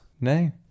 No